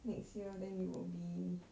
next year then you will be